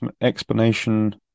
explanation